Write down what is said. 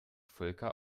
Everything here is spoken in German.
volker